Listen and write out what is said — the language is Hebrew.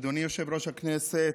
אדוני יושב-ראש הכנסת,